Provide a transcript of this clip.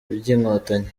by’inkotanyi